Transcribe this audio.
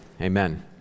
amen